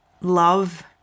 love